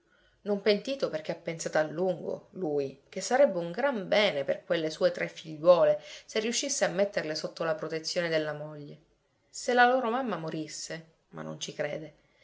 non pentito perché ha pensato a lungo lui che sarebbe un gran bene per quelle sue tre figliuole se riuscisse a metterle sotto la protezione della moglie se la loro mamma morisse ma